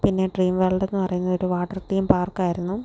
പിന്നെ dream world എന്ന് പറയുന്നത് ഒരു വാട്ടർ തീം പാർക്ക് ആയിരുന്നു